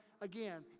again